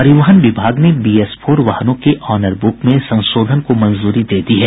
परिवहन विभाग ने बीएस फोर वाहनों के ऑनर ब्रुक में संशोधन को मंजूरी दे दी है